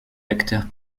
acteur